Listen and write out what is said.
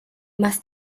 más